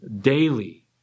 daily